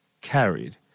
carried